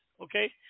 okay